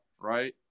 right